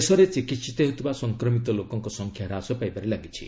ଦେଶରେ ଚିକିିିିତ ହେଉଥିବା ସଂକ୍ରମିତ ଲୋକଙ୍କ ସଂଖ୍ୟା ହ୍ରାସ ପାଇବାରେ ଲାଗିଛି